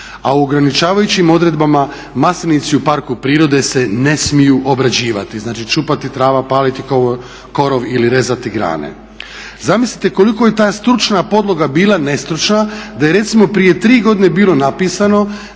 a u ograničavajućim odredbama maslinici u parku prirode se ne smiju obrađivati. Znači, čupati trava, paliti korov ili rezati grane. Zamislite koliko je ta stručna podloga bila nestručna da je recimo prije tri godine bilo napisano